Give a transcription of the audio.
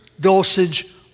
dosage